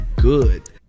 good